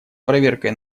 проверкой